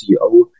CEO